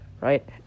Right